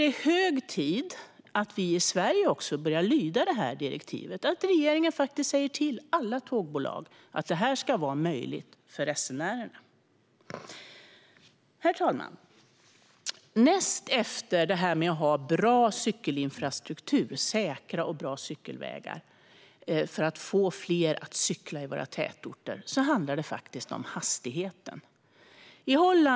Det är hög tid att vi i Sverige börjar lyda direktivet, att regeringen säger till alla tågbolag att det ska vara möjligt för resenärerna att ta med cykeln. Herr talman! Näst efter att ha bra cykelinfrastruktur, säkra och bra cykelvägar, för att få fler att cykla i våra tätorter, handlar det faktiskt om hastigheten.